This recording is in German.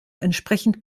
entsprechend